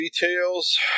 details